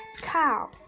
cow